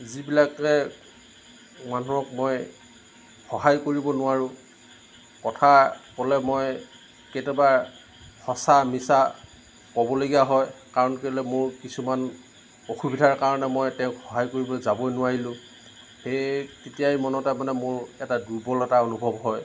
যি বিলাকে মানুহক মই সহায় কৰিব নোৱাৰো কথা ক'লে মই কেতিয়াবা সঁচা মিছা ক'বলগীয়া হয় কাৰণ কেলে মোৰ কিছুমান অসুবিধাৰ কাৰণে মই তেওঁক সহায় কৰিবলৈ যাবই নোৱাৰিলোঁ সেয়েহে তেতিয়াই মনতে মানে মোৰ এটা দুৰ্বলতা অনুভৱ হয়